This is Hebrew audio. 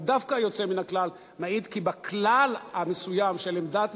אבל דווקא היוצא מן הכלל מעיד כי בכלל המסוים של עמדת